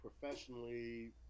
professionally